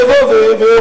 יבוא ויקרא.